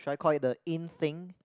should I call it the in thing